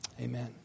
Amen